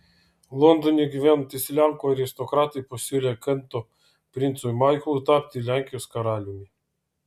londone gyvenantys lenkų aristokratai pasiūlė kento princui maiklui tapti lenkijos karaliumi